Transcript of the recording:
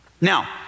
Now